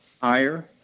higher